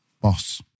boss